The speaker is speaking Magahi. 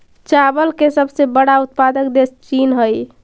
चावल के सबसे बड़ा उत्पादक देश चीन हइ